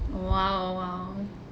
!wow! !wow!